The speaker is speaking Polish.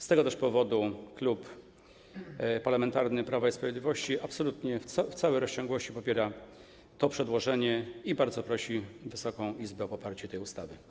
Z tych też powodów Klub Parlamentarny Prawo i Sprawiedliwość absolutnie, w całej rozciągłości popiera to przedłożenie i bardzo prosi Wysoką Izbę o poparcie tej ustawy.